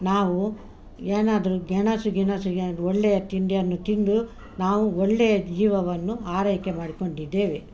ನಾವು ಏನಾದರು ಗೆಣಸು ಗಿಣಸು ಏನು ಒಳ್ಳೆಯ ತಿಂಡಿಯನ್ನು ತಿಂದು ನಾವು ಒಳ್ಳೆಯ ಜೀವವನ್ನು ಆರೈಕೆ ಮಾಡಿಕೊಂಡಿದ್ದೇವೆ